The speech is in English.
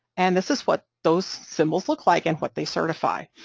and this is what those symbols look like and what they certify,